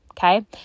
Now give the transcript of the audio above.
Okay